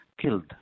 killed